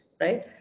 right